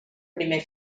primer